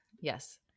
yes